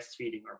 breastfeeding